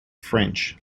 french